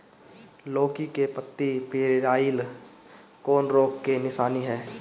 लौकी के पत्ति पियराईल कौन रोग के निशानि ह?